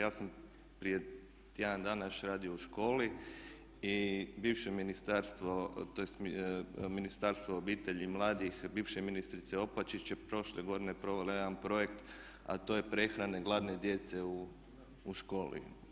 Ja sam prije tjedan dana još radio u školi i bivše Ministarstvo tj. Ministarstvo obitelji, mladih bivše ministrice Opačić je prošle godine provelo jedan projekt a to je prehrana gladne djece u školi.